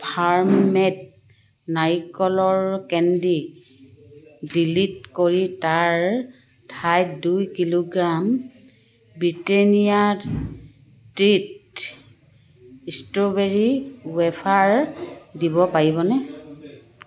farm made নাৰিকলৰ candy delete কৰি তাৰ ঠাইত দুই kilogram Britannia treat strawberry wafer দিব পাৰিবনে